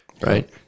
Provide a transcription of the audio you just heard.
right